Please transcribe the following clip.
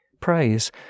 Praise